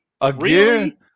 Again